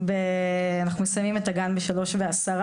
אנחנו מסיימים את הגן ב-15:10.